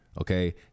okay